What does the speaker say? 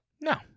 No